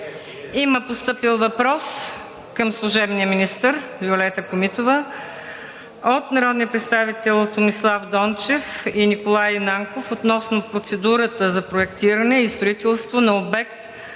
Има постъпил въпрос към служебния министър Виолета Комитова от народните представители Томислав Дончев и Николай Нанков относно процедурата за проектиране и строителство на обект: